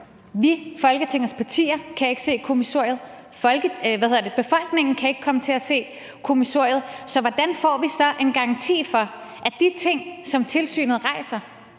Vi, Folketingets partier, kan ikke se kommissoriet, og befolkningen kan ikke komme til at se kommissoriet, så hvordan får vi så en garanti for, at de ting, som bliver rejst